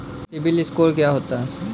CIBIL score क्या होता है?